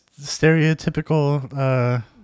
stereotypical